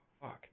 Fuck